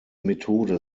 methode